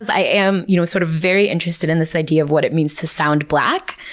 i am you know sort of very interested in this idea of what it means to sound black,